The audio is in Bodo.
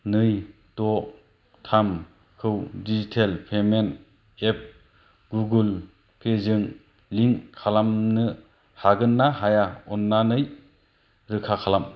नै द' थामखौ डिजिटेल पेमेन्ट एप गुगोल पेजों लिंक खालामनो हागोन ना हाया अननानै रोखा खालाम